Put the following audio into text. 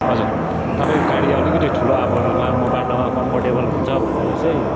हजर तपाईँको गाडी अलिकति ठुलो अब लामो बाटोमा कम्फोर्टेबल हुन्छ भनेर चाहिँ